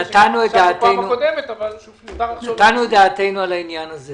נתנו את דעתנו על העניין הזה.